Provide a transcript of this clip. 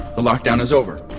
the lock-down is over.